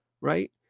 right